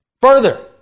Further